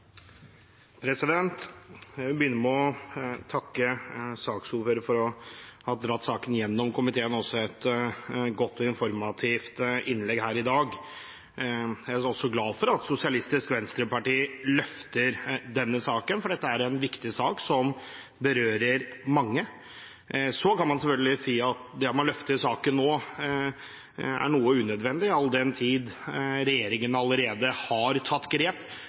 Jeg vil begynne med å takke saksordføreren for å ha dratt saken igjennom komiteen og også for et godt og informativt innlegg her i dag. Jeg er også glad for at Sosialistisk Venstreparti løfter denne saken, for dette er en viktig sak som berører mange. Så kan man selvfølgelig si at det at man løfter saken nå, er noe unødvendig all den tid regjeringen allerede har tatt grep